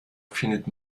findet